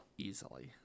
easily